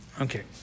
Okay